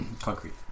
Concrete